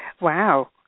Wow